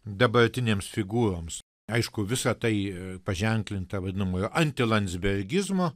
dabartinėms figūroms aišku visa tai paženklinta vadinamojo antilanzbergizmo